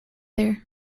there